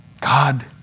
God